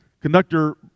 Conductor